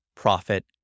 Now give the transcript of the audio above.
profit